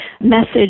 message